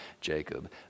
Jacob